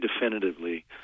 definitively